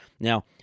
Now